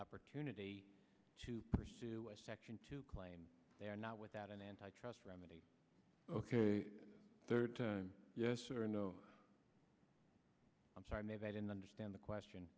opportunity to pursue action to claim they're not without an antitrust remedy ok third time yes or no i'm sorry i didn't understand the question